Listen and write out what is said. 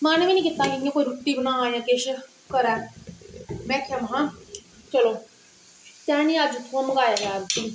मन गै नेई कीता कि अज्ज बना जा किश घरे में आखेआ मे चलो केंह नेई अज्ज उत्थुआं मगवाया जाए रुट्टी